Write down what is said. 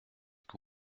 que